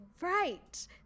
right